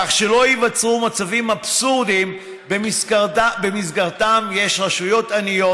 כך שלא ייווצרו מצבים אבסורדיים שבהם יש רשויות עניות